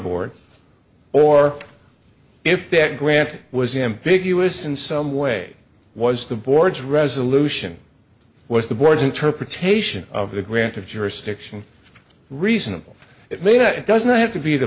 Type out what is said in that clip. board or if that grant was him big us in some way was the board's resolution was the board's interpretation of the grant of jurisdiction reasonable it may not it doesn't have to be the